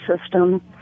system